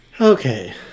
Okay